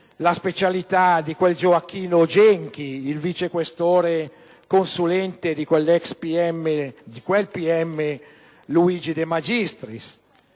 la specialità di quel Gioacchino Genchi, il vice questore consulente del pubblico ministero Luigi De Magistris,